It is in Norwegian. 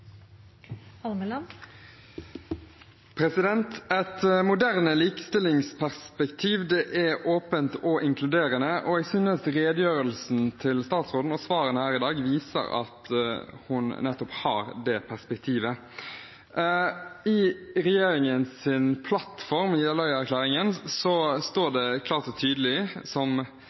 åpent og inkluderende. Jeg synes redegjørelsen til statsråden og svarene her i dag viser at hun nettopp har det perspektivet. I regjeringens plattform, Jeløya-plattformen, står det klart og tydelig som